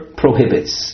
prohibits